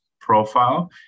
profile